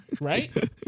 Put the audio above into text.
right